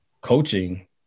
coaching